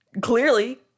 Clearly